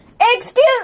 Excuse